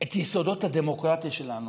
את יסודות הדמוקרטיה שלנו,